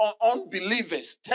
unbelievers